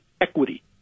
equity